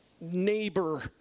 neighbor